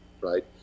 right